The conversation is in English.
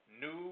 new